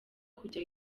kujya